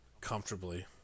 comfortably